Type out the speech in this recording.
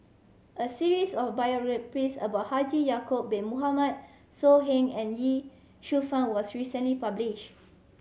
a series of biographies about Haji Ya'acob Bin Mohamed So Heng and Ye Shufang was recently published